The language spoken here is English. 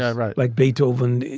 yeah right like beethoven,